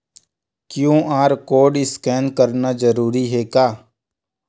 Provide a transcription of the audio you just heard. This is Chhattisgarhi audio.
क्यू.आर कोर्ड स्कैन करना जरूरी हे का?